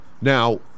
Now